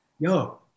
Yo